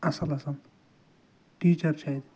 اصٕل اصٕل ٹیٖچَر چھِ اَتہِ